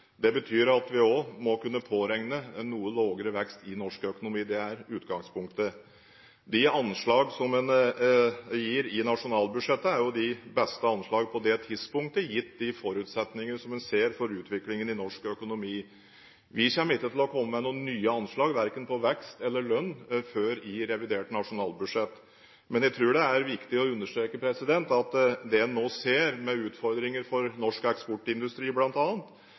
Det betyr at vi også må kunne påregne en noe lavere vekst i norsk økonomi – det er utgangspunktet. De anslag som en gir i nasjonalbudsjettet, er jo de beste anslag på det tidspunktet, gitt de forutsetninger som en ser for utviklingen i norsk økonomi. Vi kommer ikke til å komme med noen nye anslag, verken på vekst eller lønn, før i revidert nasjonalbudsjett. Jeg tror det er viktig å understreke at det en nå ser, med utfordringer for norsk eksportindustri